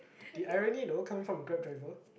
the irony though coming from a grab driver